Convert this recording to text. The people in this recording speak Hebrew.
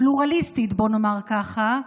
פלורליסטית, בוא נאמר ככה,